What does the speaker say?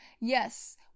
Yes